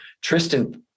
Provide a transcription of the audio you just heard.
Tristan